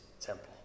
temple